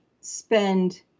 spend